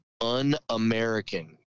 un-American